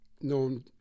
known